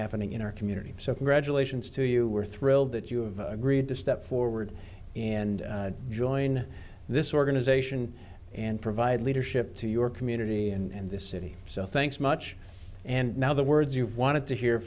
happening in our community so congratulations to you we're thrilled that you have agreed to step forward and join this organization and provide leadership to your community and the city so thanks much and now the words you've wanted to hear